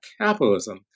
capitalism